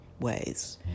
ways